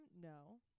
No